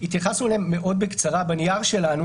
התייחסנו אליהן מאוד בקצרה בנייר שלנו.